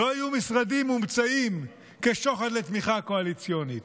לא יהיו משרדים מומצאים כשוחד לתמיכה קואליציונית,